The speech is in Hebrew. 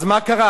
אז מה קרה?